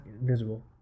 invisible